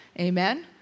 Amen